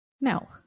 No